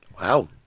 Wow